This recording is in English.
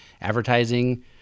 advertising